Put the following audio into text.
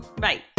Bye